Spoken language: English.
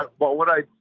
ah what what i,